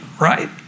right